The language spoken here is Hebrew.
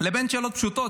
לבין שאלות פשוטות.